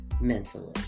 mentally